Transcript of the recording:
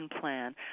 plan